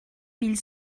mille